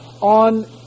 On